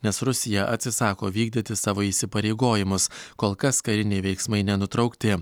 nes rusija atsisako vykdyti savo įsipareigojimus kol kas kariniai veiksmai nenutraukti